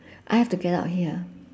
I have to get out here